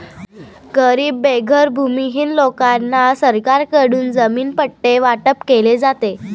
गरीब बेघर भूमिहीन लोकांना सरकारकडून जमीन पट्टे वाटप केले जाते